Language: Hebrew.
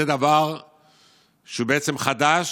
זה דבר שהוא בעצם חדש,